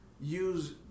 use